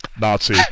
nazi